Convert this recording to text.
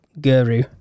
guru